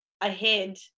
ahead